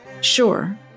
Sure